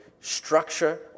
structure